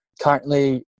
Currently